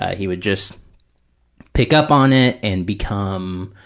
ah he would just pick up on it and become,